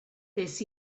des